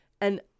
and-